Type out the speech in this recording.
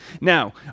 now